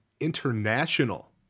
international